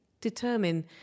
determine